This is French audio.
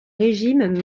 régime